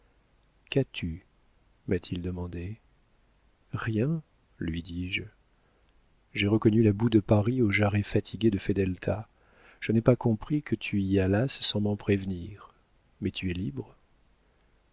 qu'as-tu m'a-t-il demandé rien lui dis-je j'ai reconnu la boue de paris aux jarrets fatigués de fedelta je n'ai pas compris que tu y allasses sans m'en prévenir mais tu es libre